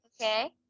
okay